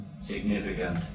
significant